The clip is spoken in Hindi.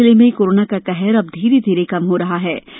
देवास जिले में कोरोना का कहर अब धीरे धीरे कम हो रहा है